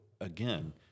again